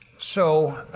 so.